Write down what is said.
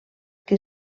que